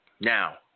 Now